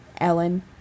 Ellen